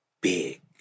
Big